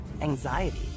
anxiety